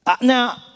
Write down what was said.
Now